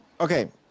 Okay